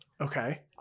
Okay